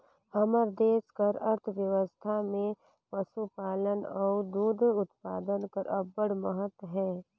हमर देस कर अर्थबेवस्था में पसुपालन अउ दूद उत्पादन कर अब्बड़ महत अहे